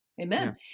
Amen